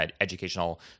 educational